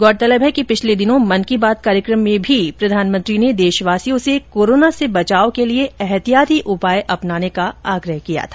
गौरतलब है कि पिछले दिनों मन की बात कार्यक्रम में भी प्रधानमंत्री ने देशवासियों से कोरोना से बचाव के ऐतिहाती उपाय अपनाने का आग्रह किया था